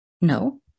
No